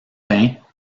peint